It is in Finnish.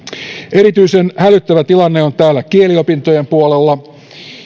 erityisen hälyttävä tilanne on kieliopintojen puolella